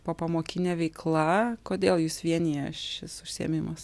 popamokinė veikla kodėl jus vienija šis užsiėmimas